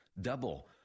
Double